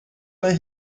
mae